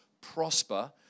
prosper